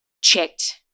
checked